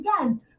again